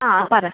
ആ പറ